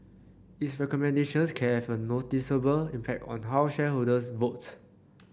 its recommendations can have a noticeable impact on how shareholders votes